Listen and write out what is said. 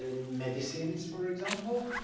ah medicines. for example,